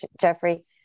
Jeffrey